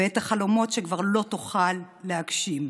ואת החלומות שכבר לא תוכל להגשים.